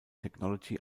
technology